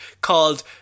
called